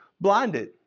blinded